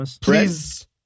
Please